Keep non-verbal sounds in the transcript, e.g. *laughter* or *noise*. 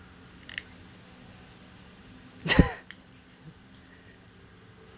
*laughs*